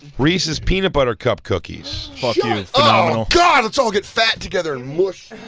reese's peanut butter cup cookies oh and oh god, let's all get fat together and mush.